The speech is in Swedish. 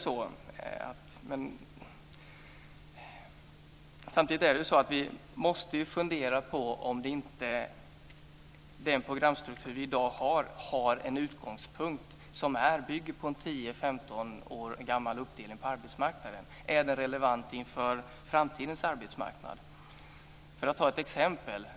Samtidigt måste vi fundera på om inte den programstruktur vi har i dag bygger på en 10-15 år gammal uppdelning av arbetsmarknaden. Är den relevant inför framtidens arbetsmarknad? Låt mig ta ett exempel.